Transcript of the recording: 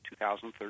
2013